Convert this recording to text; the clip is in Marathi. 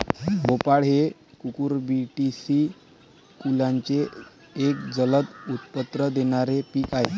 भोपळा हे कुकुरबिटेसी कुलाचे एक जलद उत्पन्न देणारे पीक आहे